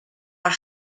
are